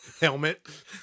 Helmet